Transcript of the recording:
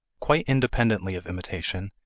quite independently of imitation,